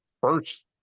First